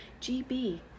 GB